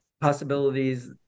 possibilities